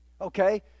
okay